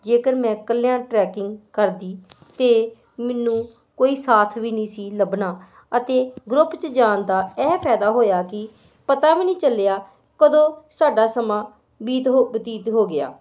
ਜੇਕਰ ਮੈਂ ਇਕੱਲਿਆਂ ਟਰੈਕਿੰਗ ਕਰਦੀ ਅਤੇ ਮੈਨੂੰ ਕੋਈ ਸਾਥ ਵੀ ਨਹੀਂ ਸੀ ਲੱਭਣਾ ਅਤੇ ਗਰੁੱਪ 'ਚ ਜਾਣ ਦਾ ਇਹ ਫਾਇਦਾ ਹੋਇਆ ਕਿ ਪਤਾ ਵੀ ਨਹੀਂ ਚੱਲਿਆ ਕਦੋਂ ਸਾਡਾ ਸਮਾਂ ਬੀਤ ਬਤੀਤ ਹੋ ਗਿਆ